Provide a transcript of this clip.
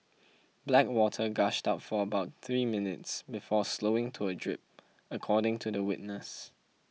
black water gushed out for about three minutes before slowing to a drip according to the witness